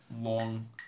Long